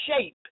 shape